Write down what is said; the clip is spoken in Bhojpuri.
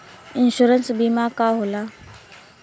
इन्शुरन्स बीमा का होला?